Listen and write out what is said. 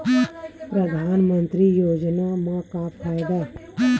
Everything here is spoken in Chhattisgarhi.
परधानमंतरी योजना म का फायदा?